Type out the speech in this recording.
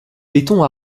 béton